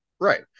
right